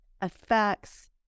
affects